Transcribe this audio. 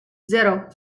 zero